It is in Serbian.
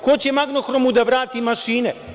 Ko će „Magnohromu“ da vrati mašine?